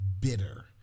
bitter